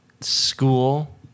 school